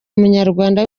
munyarwanda